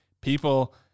People